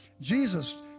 Jesus